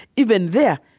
even there,